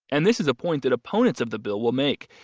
and this is a point that opponents of the bill will make.